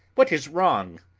what is wrong?